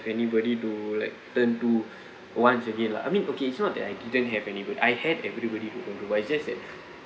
anybody do like turn to once again lah I mean okay it's not that I didn't have anybody I had everybody to turn to but it's just that